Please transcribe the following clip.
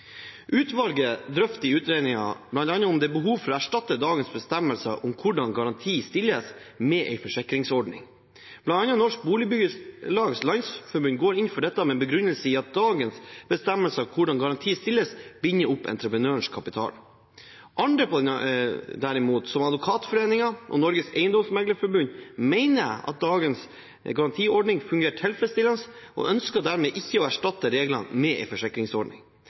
Utvalget drøfter i utredningen bl.a. om det er behov for å erstatte dagens bestemmelser for hvordan garanti stilles, med en forsikringsordning. Blant annet Norsk Boligbyggelags Landsforbund går inn for dette, med begrunnelse i at dagens bestemmelser for hvordan garanti stilles, binder opp entreprenørens kapital. Andre derimot, som Advokatforeningen og Norges Eiendomsmeglerforbund, mener at dagens garantiordning fungerer tilfredsstillende, og ønsker ikke å erstatte reglene med en forsikringsordning.